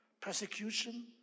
persecution